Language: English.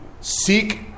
Seek